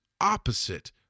opposite